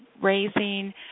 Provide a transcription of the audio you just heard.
raising